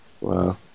wow